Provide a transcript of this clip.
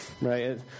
right